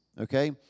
Okay